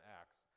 Acts